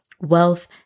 wealth